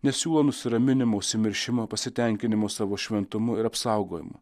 nesiūlo nusiraminimo užsimiršimo pasitenkinimo savo šventumu ir apsaugojimu